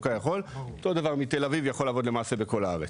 אותו דבר מתל אביב יכול לעבוד בכל אזור בארץ.